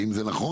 האם זה נכון?